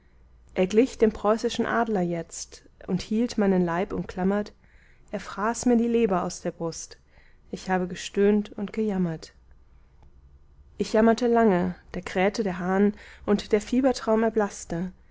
er glich dem preußischen adler jetzt und hielt meinen leib umklammert er fraß mir die leber aus der brust ich habe gestöhnt und gejammert ich jammerte lange da krähte der hahn und der